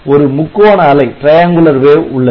ஒரு முக்கோண அலை உள்ளது